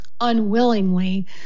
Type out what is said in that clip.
unwillingly